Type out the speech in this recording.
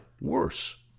worse